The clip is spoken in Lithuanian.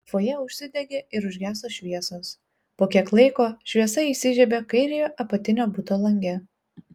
fojė užsidegė ir užgeso šviesos po kiek laiko šviesa įsižiebė kairiojo apatinio buto lange